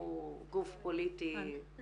איזשהו גוף פוליטי נפרד.